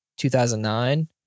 2009